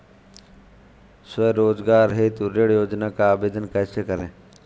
स्वरोजगार हेतु ऋण योजना का आवेदन कैसे करें?